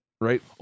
right